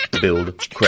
build